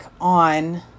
on